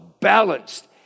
balanced